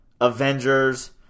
Avengers